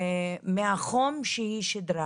מהחום שהיא שידרה.